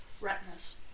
retinas